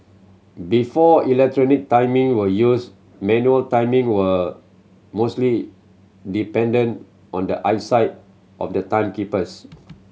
before electronic timing were used manual timing were mostly dependent on the eyesight of the timekeepers